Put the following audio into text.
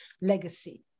legacy